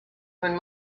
when